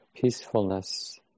peacefulness